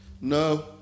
No